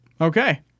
Okay